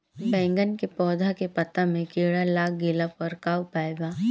बैगन के पौधा के पत्ता मे कीड़ा लाग गैला पर का उपाय बा?